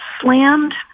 slammed